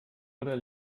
oder